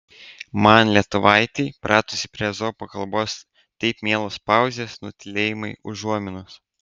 man lietuvaitei pratusiai prie ezopo kalbos taip mielos pauzės nutylėjimai užuominos